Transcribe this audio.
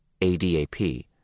ADAP